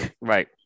Right